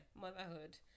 motherhood